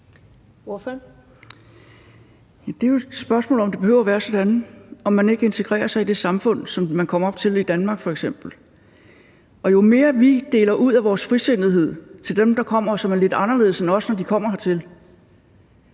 Det er jo spørgsmålet, om det behøver at være sådan, om man ikke integrerer sig i det samfund, som man kommer op til, i Danmark f.eks., og jo mere vi deler ud af vores frisindethed til dem, der kommer, og som er lidt anderledes i forhold til os, når de kommer hertil,